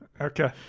Okay